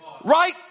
Right